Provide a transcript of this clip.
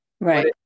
Right